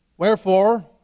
Wherefore